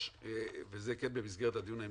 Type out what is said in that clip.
ארבע, וזה כן במסגרת דיון ההמשך,